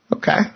Okay